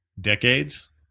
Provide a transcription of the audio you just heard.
decades